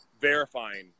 verifying